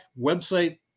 website